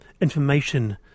information